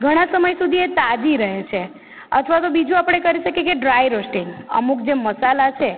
ઘણા સમય સુધીએ તાજી રહે છે અથવા તો બીજું આપણે કરી શકીએ કે ડ્રાય રોસ્ટિંગ અમુક જે મસાલા છે